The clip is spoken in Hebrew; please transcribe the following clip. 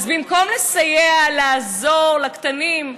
אז במקום לסייע, לעזור לקטנים,